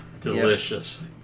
Delicious